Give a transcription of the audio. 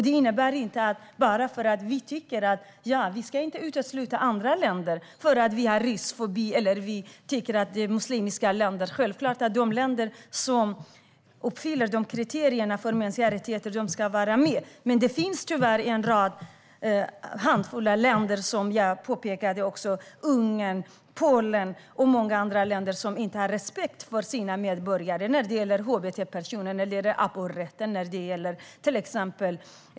Det innebär inte att vi tycker att man ska utesluta andra länder bara för att man har ryssfobi eller tycker att det handlar om muslimska länder. De länder som uppfyller kriterierna för mänskliga rättigheter ska självklart få vara med. Men det finns tyvärr en handfull länder, som jag har påpekat - Ungern, Polen och många andra länder - som inte har respekt för sina medborgare när det gäller hbtq-personer, aborträtt och romernas rättigheter, till exempel.